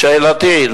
שאלתי,